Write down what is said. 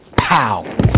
pow